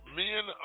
men